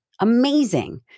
amazing